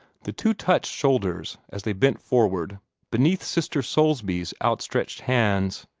the two touched shoulders as they bent forward beneath sister soulsby's outstretched hands,